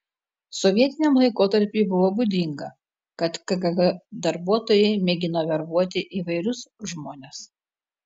sovietiniam laikotarpiui buvo būdinga kad kgb darbuotojai mėgino verbuoti įvairius žmones